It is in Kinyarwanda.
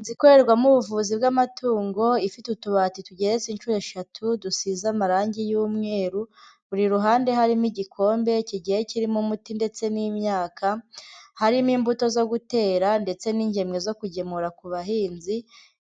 Inzu ikorerwamo ubuvuzi bw'amatungo, ifite utubati tugeretse inshuro eshatu, dusize amarangi y'umweru, buri ruhande harimo igikombe kigiye kirimo umuti ndetse n'imyaka, harimo imbuto zo gutera ndetse n'ingemwe zo kugemura ku bahinzi,